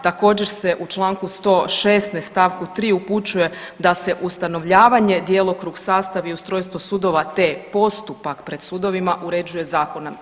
Također se u članku 116. stavku 3. upućuje da se ustanovljavanje, djelokrug, sastav i ustrojstvo sudova te postupak pred sudovima uređuje zakonom.